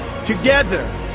Together